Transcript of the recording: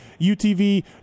UTV